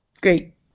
great